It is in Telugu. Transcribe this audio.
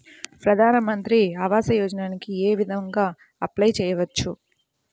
ప్రధాన మంత్రి ఆవాసయోజనకి ఏ విధంగా అప్లే చెయ్యవచ్చు?